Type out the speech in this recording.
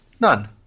None